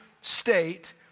state